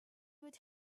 would